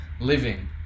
living